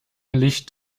licht